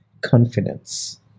Confidence